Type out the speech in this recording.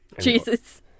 Jesus